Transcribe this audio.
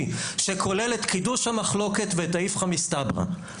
שכולל את קידוש המחלוקת ואת ההפכה מסתברא,